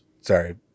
sorry